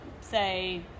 say